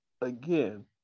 again